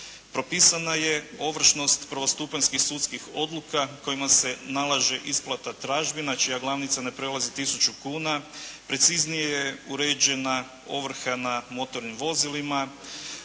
Propisana je ovršnost prvostupanjskih sudskih odluka kojima se nalaže isplata tražbina čija glavnica ne prelazi tisuću kuna, preciznije je uređena ovrha na motornim vozilima,